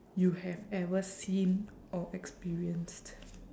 you have ever seen or experienced